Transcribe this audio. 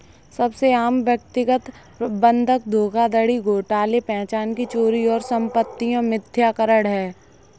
सबसे आम व्यक्तिगत बंधक धोखाधड़ी घोटाले पहचान की चोरी और संपत्ति मिथ्याकरण है